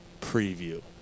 preview